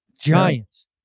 Giants